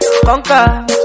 Conquer